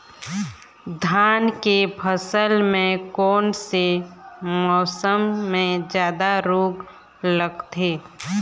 धान के फसल मे कोन से मौसम मे जादा रोग लगथे?